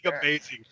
amazing